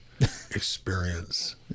experience